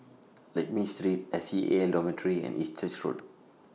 Lakme Street S E A Dormitory and East Church Road